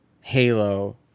Halo